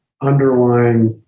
underlying